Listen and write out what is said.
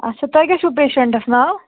اَچھا تۄہہِ کیٛاہ چھُو پیشَنٛٹَس ناو